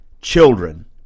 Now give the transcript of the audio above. children